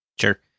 Sure